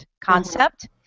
concept